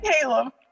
Caleb